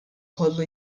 kollu